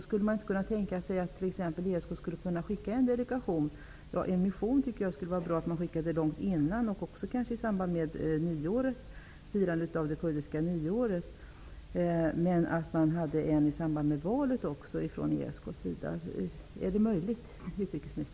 Skulle man inte kunna tänka sig att ESK skickade en emissarie redan i samband med firandet av det turkiska nyåret och sedan en i samband med valet? Är detta möjligt?